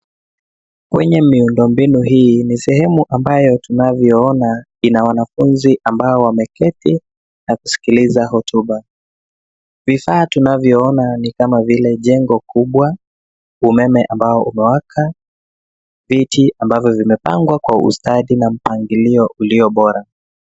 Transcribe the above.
Kwenye miundo mbinu hii, ni sehemu tunayoona ina wanafunzi ambao wameketi na kusikiliza hotuba. Vifaa tunavyoona ni kama vile jengo kubwa, umeme ambao umewaka, viti ambazo zimepangwa kwa ustadi na mpangilio ulio bora.